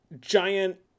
giant